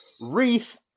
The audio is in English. Wreath